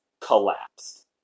collapsed